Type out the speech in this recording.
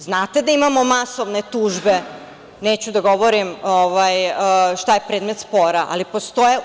Znate da imamo masovne tužbe, neću da govorim šta je predmet spora, ali postoje.